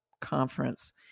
conference